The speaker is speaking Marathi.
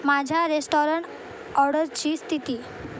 माझ्या रेस्टॉरंट ऑर्डरची स्थिती